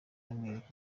bamwereka